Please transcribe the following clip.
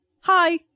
Hi